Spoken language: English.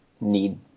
need